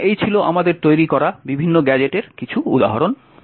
সুতরাং এই ছিল আমাদের তৈরি করা বিভিন্ন গ্যাজেটের কিছু উদাহরণ